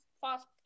fast